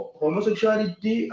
homosexuality